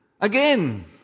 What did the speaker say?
again